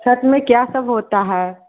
छत्त में क्या सब होता है